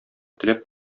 теләп